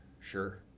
Sure